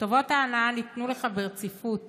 "טובות ההנאה ניתנו לך ברציפות